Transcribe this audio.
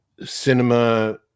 cinema